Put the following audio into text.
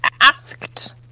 asked